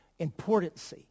importancy